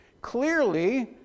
Clearly